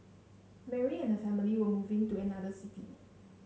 Mary and her family were moving to another city